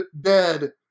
dead